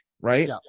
right